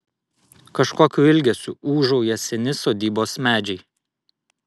kažkokiu ilgesiu ūžauja seni sodybos medžiai